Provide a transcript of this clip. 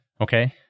Okay